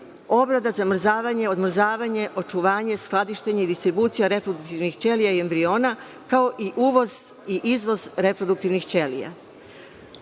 obrada, zamrzavanje, odmrzavanje, očuvanje, skladištenje i distribucija reproduktivnih ćelija i embriona, kao i uvoz i izvoz reproduktivnih ćelija. Ovo